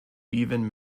even